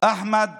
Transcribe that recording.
אחמד